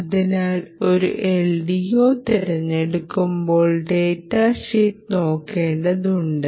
അതിനാൽ ഒരു LDO തിരഞ്ഞെടുക്കുമ്പോൾ ഡാറ്റാ ഷീറ്റ് നോക്കേണ്ടതുണ്ട്